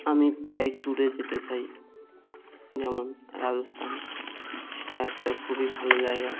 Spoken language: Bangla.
আমি প্রায়ই ট্যুরে যেতে চাই যেমন রাজস্থান সেটা একটা খুবই ভালো জায়গা